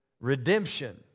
Redemption